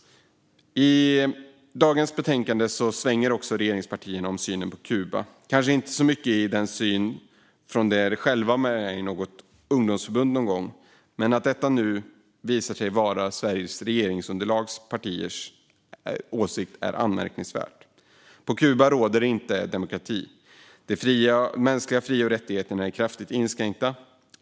I dagens betänkande svänger regeringspartierna också om synen på Kuba, men kanske inte så mycket i synen från när de själva var med i något ungdomsförbund. Men att detta nu visar sig vara åsikten från partierna i Sveriges regeringsunderlag är anmärkningsvärt. På Kuba råder inte demokrati. De mänskliga fri och rättigheterna är kraftigt inskränkta.